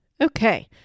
Okay